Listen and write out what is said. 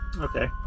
Okay